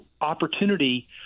opportunity